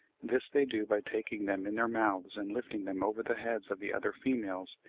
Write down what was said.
this they do by taking them in their mouths and lifting them over the heads of the other females,